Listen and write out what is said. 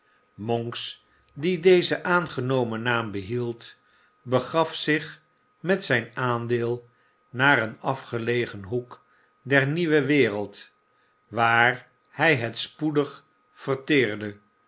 monks die dezen aangenomen naam behield begaf zich met zijn aandeel naar een afgelegen hoek der nieuwe wereld waar hij het spoedig verteerde